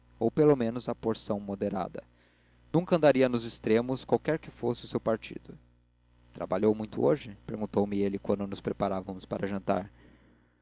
ou pelo menos a porção moderada nunca andaria nos extremos qualquer que fosse o seu partido trabalhou muito hoje perguntou-me ele quando nos preparávamos para jantar